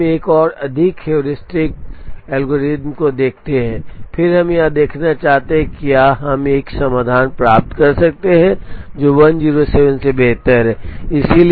अब हम एक और अधिक हेयोरिस्टिक एल्गोरिदम को देखते हैं और फिर हम यह देखना चाहते हैं कि क्या हम एक समाधान प्राप्त कर सकते हैं जो 107 से बेहतर है